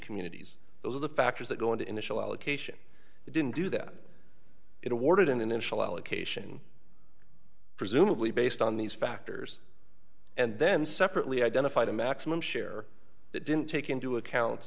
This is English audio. communities those are the factors that go into initial allocation didn't do that it awarded an initial allocation presumably based on these factors and then separately identified a maximum share that didn't take into account